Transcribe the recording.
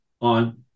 on